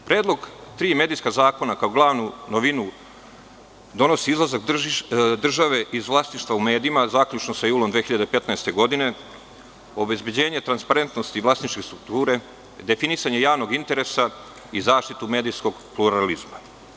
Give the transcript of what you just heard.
Predlog tri medijska zakona kao glavnu novinu donosi izlazak države iz vlasništva u medijima, zaključno sa julom 2015. godine, obezbeđenje transparentnosti i vlasničke strukture, definisanje javnog interesa i zaštitu medijskog pluralizma.